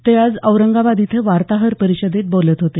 ते आज औरंगाबाद इथे वार्ताहर परिषदेत बोलत होते